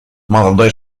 молодой